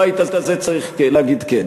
הבית הזה צריך להגיד כן,